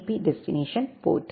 B destination board